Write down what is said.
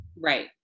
Right